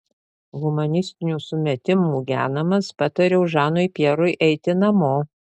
humanistinių sumetimų genamas patariau žanui pjerui eiti namo